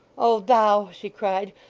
oh thou she cried,